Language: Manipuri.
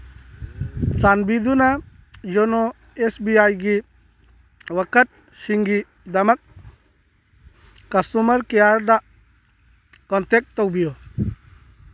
ꯆꯥꯟꯕꯤꯗꯨꯅ ꯌꯣꯅꯣ ꯑꯦꯁ ꯕꯤ ꯑꯥꯏꯒꯤ ꯋꯥꯀꯠꯁꯤꯡꯒꯤꯗꯃꯛ ꯀꯁꯇꯃꯔ ꯀꯤꯌꯔꯗ ꯀꯟꯇꯦꯛ ꯇꯧꯕꯤꯌꯨ